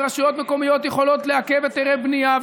ורשויות מקומיות יכולות לעכב היתרי בנייה,